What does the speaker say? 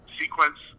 sequence